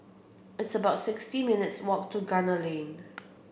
it's about sixty minutes' walk to Gunner Lane